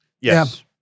Yes